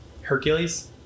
Hercules